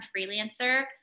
freelancer